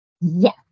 Yes